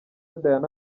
diana